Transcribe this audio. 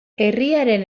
herriaren